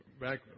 Back